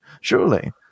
surely